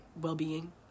well-being